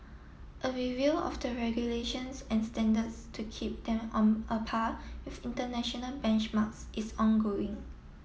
a review of the regulations and standards to keep them on a par with international benchmarks is ongoing